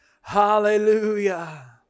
Hallelujah